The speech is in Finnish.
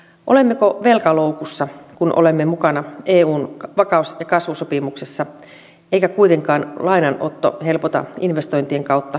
olemmeko velkaloukussa kun olemme mukana eun vakaus ja kasvusopimuksessa eikä kuitenkaan lainanotto helpota investointien kautta kansantalouttamme